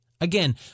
Again